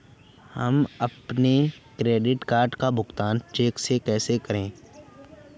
हम अपने credit card का भुगतान चेक से कैसे करें?